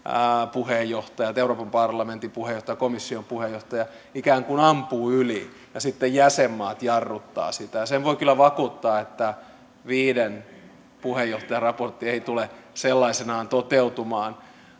puheenjohtajat euroopan parlamentin puheenjohtaja komission puheenjohtaja ikään kuin ampuvat yli ja sitten jäsenmaat jarruttavat sitä ja sen voin kyllä vakuuttaa että viiden puheenjohtajan raportti ei tule sellaisenaan toteutumaan